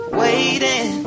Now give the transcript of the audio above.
waiting